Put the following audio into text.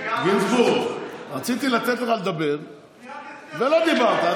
גינזבורג, רציתי לתת לך לדבר ולא דיברת.